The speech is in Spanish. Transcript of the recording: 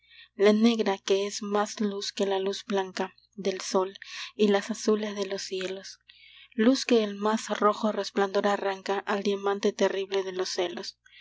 la negra que es más luz que la luz blanca del sol y las azules de los cielos luz que el más rojo resplandor arranca al diamante terrible de los celos